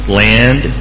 land